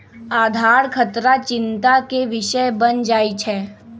आधार खतरा चिंता के विषय बन जाइ छै